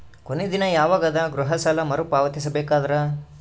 ಕೊನಿ ದಿನ ಯವಾಗ ಅದ ಗೃಹ ಸಾಲ ಮರು ಪಾವತಿಸಬೇಕಾದರ?